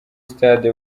stade